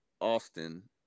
Austin